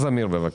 זמיר, בבקשה.